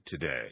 today